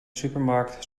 supermarkt